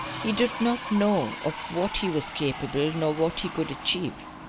he did not know of what he was capable, nor what he could achieve.